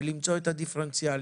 ולעבור לטיפול דיפרנציאלי.